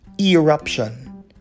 eruption